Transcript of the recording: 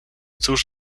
cóż